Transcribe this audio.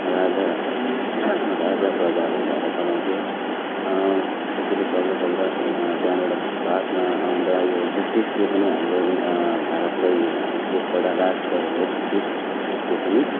राजा राजा प्रजाहरू भएर चलाउँथ्यो त्यसरी चल्दा चल्दा त्यहाँबाट बादमा आउँदा यो ब्रिटिसले पनि हाम्रो भारतलाई एकपल्ट राज गरेको ब्रिटिसले पनि